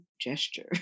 gesture